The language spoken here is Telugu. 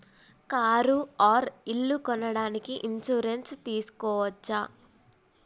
కారు ఆర్ ఇల్లు కొనడానికి ఇన్సూరెన్స్ తీస్కోవచ్చా?